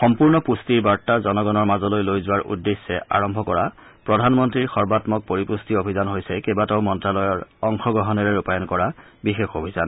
সম্পূৰ্ণ পুষ্টিৰবাৰ্তা জনগণৰ মাজলৈ লৈ যোৱাৰ উদ্দেশ্যে আৰম্ভ কৰা প্ৰধানমন্ত্ৰী সৰ্বাম্মক পৰিপুষ্টি অভিযান হৈছে কেইবাটাও মন্ত্ৰালয়ৰ অংশগ্ৰহণেৰে ৰূপায়ণ কৰা বিশেষ অভিযান